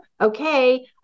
Okay